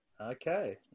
Okay